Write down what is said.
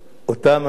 אותם אנשים,